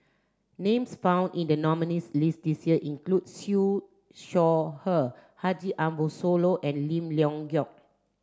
names found in the nominees' list this year include Siew Shaw Her Haji Ambo Sooloh and Lim Leong Geok